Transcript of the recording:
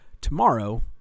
Tomorrow